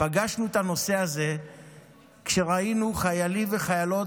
פגשנו את הנושא הזה כשראינו שחיילים וחיילות